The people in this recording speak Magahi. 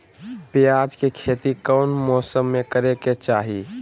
प्याज के खेती कौन मौसम में करे के चाही?